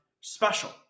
Special